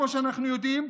כמו שאנחנו יודעים,